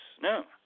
No